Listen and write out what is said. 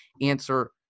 answer